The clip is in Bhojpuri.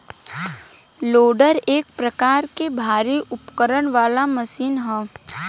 लोडर एक प्रकार के भारी उपकरण वाला मशीन ह